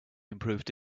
improved